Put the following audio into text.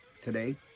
Today